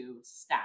stats